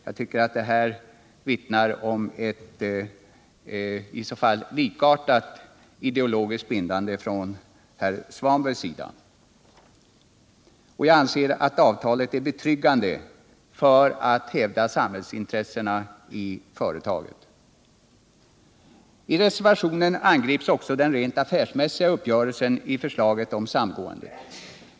Hans kritik vittnar i så fall också om en ideologisk bindning från han sida. Vi anser att avtalet är betryggande för att hävda samhällsintresset i företaget. I reservationen angrips också den rent affärsmässiga uppgörelsen i förslaget om samgående.